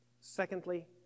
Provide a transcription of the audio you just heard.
Secondly